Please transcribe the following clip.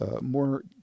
More